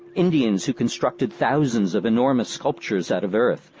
indians who constructed thousands of enormous sculptures out of earth,